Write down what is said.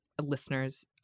listeners